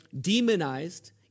demonized